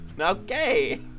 Okay